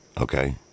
Okay